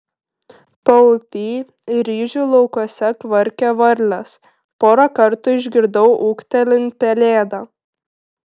paupy ir ryžių laukuose kvarkė varlės porą kartų išgirdau ūktelint pelėdą